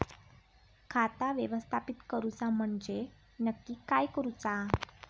खाता व्यवस्थापित करूचा म्हणजे नक्की काय करूचा?